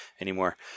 anymore